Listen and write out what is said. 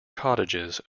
cottages